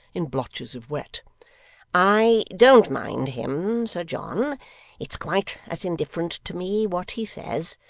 in blotches of wet i don't mind him, sir john it's quite as indifferent to me what he says,